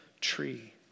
tree